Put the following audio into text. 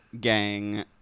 gang